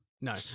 no